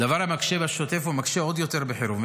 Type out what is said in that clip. דבר המקשה בשוטף ומקשה עוד יותר בחירום.